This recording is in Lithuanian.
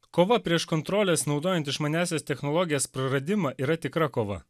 kova prieš kontrolės naudojant išmaniąsias technologijas praradimą yra tikra kova